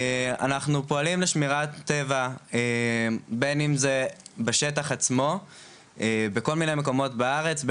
אנחנו פועלים לשמירת טבע בין אם זה בשטח עצמו בכל מיני מקומות בארץ,